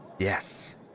Yes